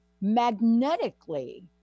magnetically